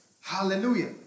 Hallelujah